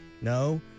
no